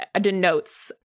denotes